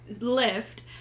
lift